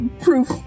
proof